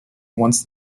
once